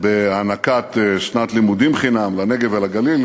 אתה מנעת תקציב מעיריית טייבה ו-13 היישובים.